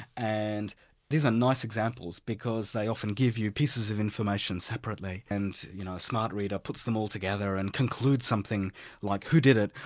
and these are nice examples because they often give you pieces of information separately, and you know a smart reader puts them all together and concludes something like who did it,